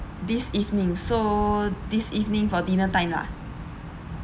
this evening so this evening for dinner time lah